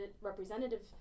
representative